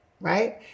Right